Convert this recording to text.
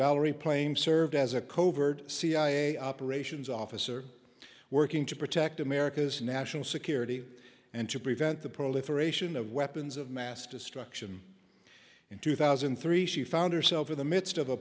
valerie plame served as a covert cia operations officer working to protect america's national security and to prevent the proliferation of weapons of mass destruction in two thousand and three she found herself in the midst of a